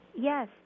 Yes